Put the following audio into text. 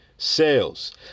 Sales